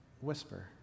whisper